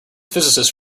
physicist